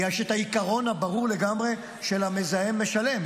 יש את העיקרון הברור לגמרי של המזהם משלם,